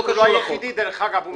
הוא לא היחיד, דרך אגב.